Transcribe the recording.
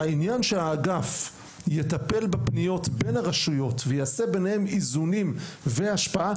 העניין שהאגף יטפל בפניות בין הרשויות ויעשה ביניהן איזונים והשפעה,